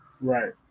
Right